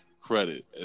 credit